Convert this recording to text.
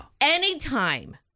anytime